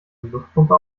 luftpumpe